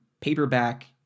paperback